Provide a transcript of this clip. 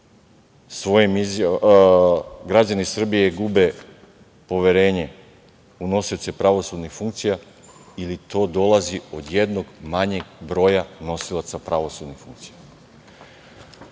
koji čine da građani Srbije gube poverenje u nosioce pravosudnih funkcija ili to dolazi od jednog manjeg broja nosilaca pravosudnih funkcija. Taj